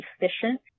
efficient